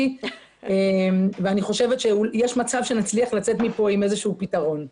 אני חושבת שיש מצב שנצליח לצאת מכאן עם איזשהו פתרון.